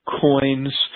coins